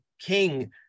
king